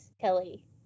Kelly